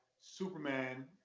Superman